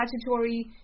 statutory